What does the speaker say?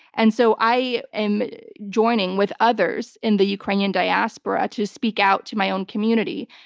and so i am joining with others in the ukrainian diaspora to speak out to my own community,